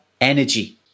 energy